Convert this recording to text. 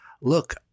look